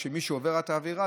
ושמי שעובר את העבירה,